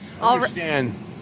understand